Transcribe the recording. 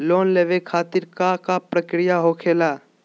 Loan लेवे खातिर का का प्रक्रिया होखेला?